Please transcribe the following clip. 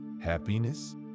happiness